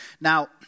Now